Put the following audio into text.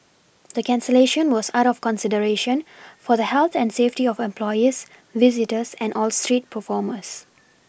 the cancellation was out of consideration for the health and safety of employees visitors and all street performers